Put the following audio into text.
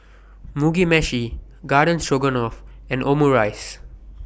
Mugi Meshi Garden Stroganoff and Omurice